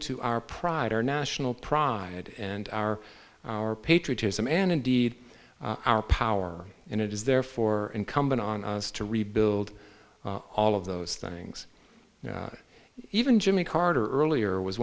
to our pride our national pride and our our patriotism and indeed our power and it is therefore incumbent on us to rebuild all of those things even jimmy carter earlier was